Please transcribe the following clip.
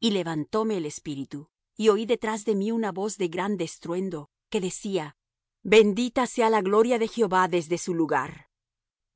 y levantóme el espíritu y oí detrás de mí una voz de grande estruendo que decía bendita sea la gloria de jehová desde su lugar